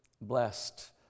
blessed